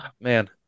man